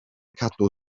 cadw